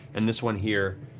and this one here,